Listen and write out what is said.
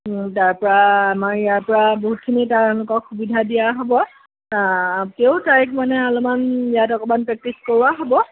তাৰপৰা আমাৰ ইয়াৰ পৰা বহুতখিনি তেওঁলোকক সুবিধা দিয়া হ'ব তেওঁ তাইক মানে অলপমান ইয়াত অকণমান প্ৰেকটিচ কৰোৱা হ'ব